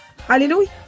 Hallelujah